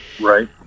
Right